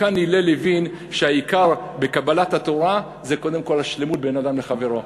מכאן הלל הבין שהעיקר בקבלת התורה זה קודם כול השלמות בין אדם לחברו.